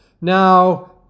Now